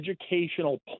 educational